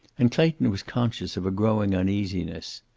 and clayton was conscious of a growing uneasiness.